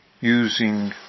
using